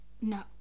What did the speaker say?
No